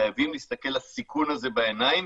חייבים להסתכל לסיכון הזה בעיניים